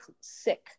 sick